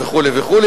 וכו' וכו',